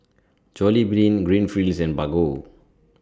Jollibean Greenfields and Bargo